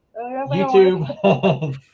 YouTube